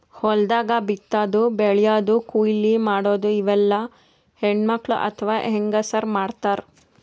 ಹೊಲ್ದಾಗ ಬಿತ್ತಾದು ಬೆಳ್ಯಾದು ಕೊಯ್ಲಿ ಮಾಡದು ಇವೆಲ್ಲ ಹೆಣ್ಣ್ಮಕ್ಕಳ್ ಅಥವಾ ಹೆಂಗಸರ್ ಮಾಡ್ತಾರ್